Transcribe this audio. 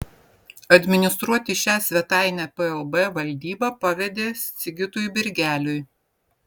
administruoti šią svetainę plb valdyba pavedė sigitui birgeliui